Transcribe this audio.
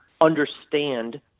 understand